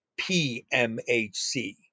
PMHC